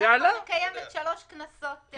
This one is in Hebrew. הוועדה מקיימת כבר שלוש כנסות את הדיון הזה.